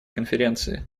конференции